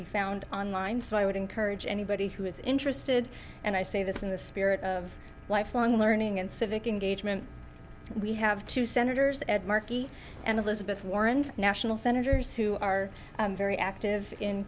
be found online so i would encourage anybody who is interested and i say this in spirit of lifelong learning and civic engagement we have two senators ed markey and elizabeth warren national senators who are very active in